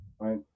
right